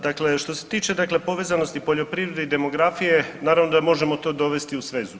Dakle, što se tiče dakle povezanosti poljoprivrede i demografije naravno da možemo to dovesti u svezu.